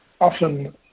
often